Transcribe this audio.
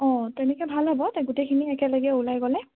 অঁ তেনেকে ভাল হ'ব গোটেইখিনি একেলগে ওলাই গ'লে